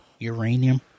Uranium